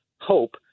hope